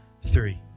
three